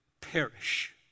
perish